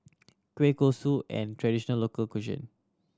kueh kosui an traditional local cuisine